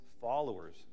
followers